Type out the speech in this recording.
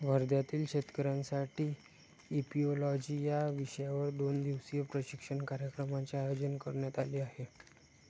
वर्ध्यातील शेतकऱ्यांसाठी इपिओलॉजी या विषयावर दोन दिवसीय प्रशिक्षण कार्यक्रमाचे आयोजन करण्यात आले आहे